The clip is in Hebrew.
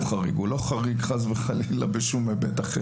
הוא לא חריג בשום היבט אחר,